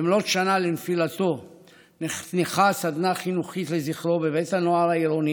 ובמלאת שנה לנפילתו נחנכה סדנה חינוכית לזכרו בבית הנוער העירוני,